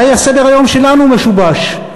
ואולי סדר-היום שלנו משובש.